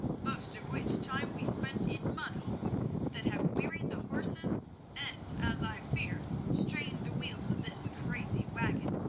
most of which time we spent in mud-holes that have wearied the horses and, as i fear, strained the wheels of this crazy wagon.